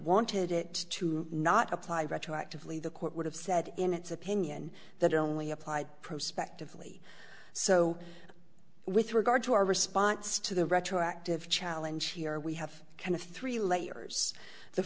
wanted it to not apply retroactively the court would have said in its opinion that it only applied prospectively so with regard to our response to the retroactive challenge here we have kind of three layers the